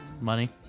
Money